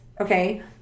okay